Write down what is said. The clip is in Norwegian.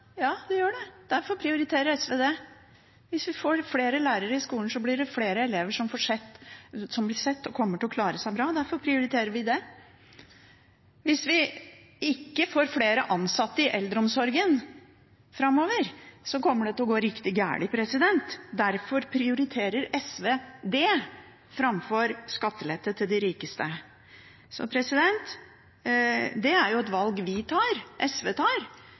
flere elever som blir sett og kommer til å klare seg bra. Derfor prioriterer vi det. Hvis vi ikke får flere ansatte i eldreomsorgen framover, kommer det til å gå riktig galt. Derfor prioriterer SV det framfor skattelette til de rikeste. Det er et valg vi i SV tar,